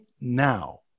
now